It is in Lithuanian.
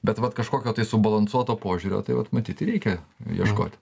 bet vat kažkokio tai subalansuoto požiūrio tai vat matyt ir reikia ieškot